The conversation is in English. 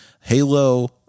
Halo